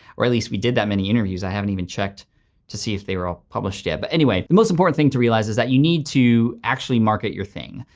or at least we did that many interviews. i haven't even checked to see if they were all published yet. but anyway, the most important thing to realize is that you need to actually market your thing.